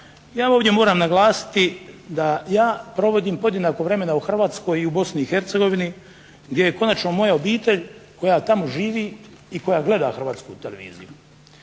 ja ovdje moram naglasiti da ja provodim podjednako vremena u Hrvatskoj i u Bosni i Hercegovini gdje je konačno i moja obitelj koja tamo živi i koja gleda Hrvatsku televiziju